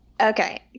Okay